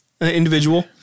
individual